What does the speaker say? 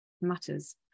matters